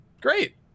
great